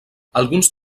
alguns